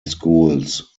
schools